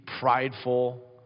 prideful